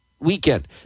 weekend